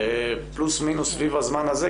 פלוס מינוס סביב הזמן הזה.